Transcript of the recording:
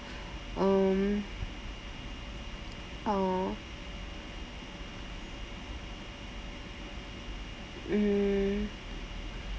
um uh mm